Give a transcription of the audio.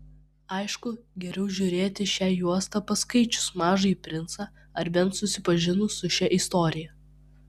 aišku geriau žiūrėti šią juostą paskaičius mažąjį princą ar bent susipažinus su šia istorija